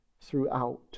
throughout